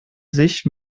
sich